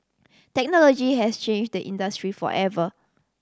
technology has changed the industry forever